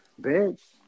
bitch